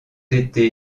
été